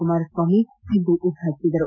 ಕುಮಾರಸ್ವಾಮಿ ಇಂದು ಉದ್ಘಾಟಿಸಿದರು